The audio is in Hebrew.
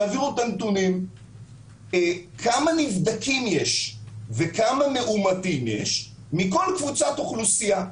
שיעבירו את הנתונים כמה נבדקים יש וכמה מאומתים יש מכל קבוצת אוכלוסייה.